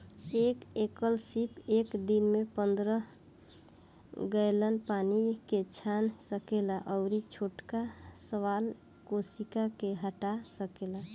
एक एकल सीप एक दिन में पंद्रह गैलन पानी के छान सकेला अउरी छोटका शैवाल कोशिका के हटा सकेला